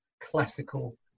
classical